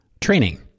training